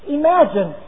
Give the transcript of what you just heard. imagine